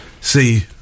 see